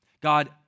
God